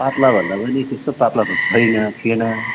पात्लाभन्दा पनि त्यस्तो पात्ला त छैन थिएन